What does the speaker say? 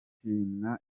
shimwa